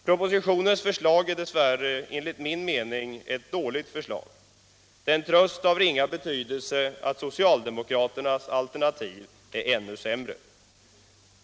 Propositionens förslag är dess värre enligt min mening ett dåligt förslag. Det är en tröst av ringa betydelse att socialdemokraternas alternativ är ännu sämre.